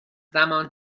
زمان